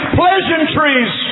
pleasantries